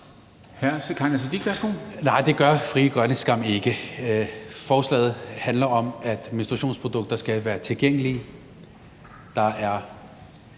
Nej, det gør Frie Grønne skam ikke. Forslaget handler om, at menstruationsprodukter skal være tilgængelige.